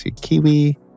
Kiwi